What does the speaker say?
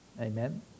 amen